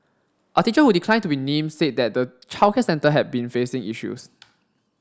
a teacher who declined to be named said that the childcare centre had been facing issues